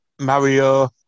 mario